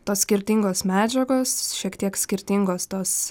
tos skirtingos medžiagos šiek tiek skirtingos tos